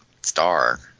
star